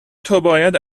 توباید